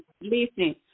Listen